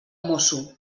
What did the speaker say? mosso